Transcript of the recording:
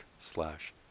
slash